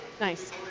Nice